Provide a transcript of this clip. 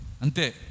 Ante